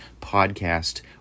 podcast